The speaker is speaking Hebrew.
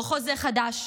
לא חוזה חדש,